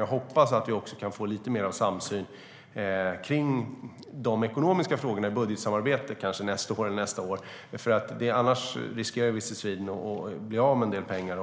Jag hoppas att vi också kan få lite mer samsyn kring de ekonomiska frågorna i budgetsamarbetet kanske nästa år och året därpå. Om vi inte får igenom det riskerar Visit Sweden att bli av med en del pengar.